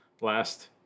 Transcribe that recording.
last